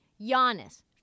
Giannis